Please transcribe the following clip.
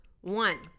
one